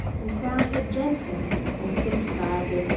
and found her gentle and sympathising,